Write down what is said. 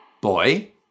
Boy